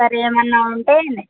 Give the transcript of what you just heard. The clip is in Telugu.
సరే ఏమైనా ఉంటే